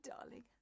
darling